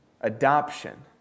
adoption